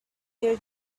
your